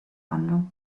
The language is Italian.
anno